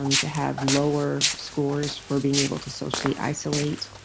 um to have lower scores for being able to socially isolate,